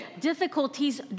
Difficulties